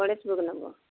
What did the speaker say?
ନବ